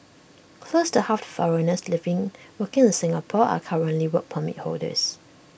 close to half the foreigners living working in Singapore are currently Work Permit holders